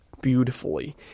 beautifully